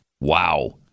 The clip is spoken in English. Wow